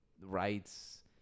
rights